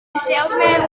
salesman